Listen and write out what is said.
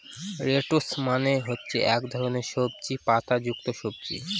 lettuce মানে হচ্ছে এক ধরনের সবুজ পাতা যুক্ত সবজি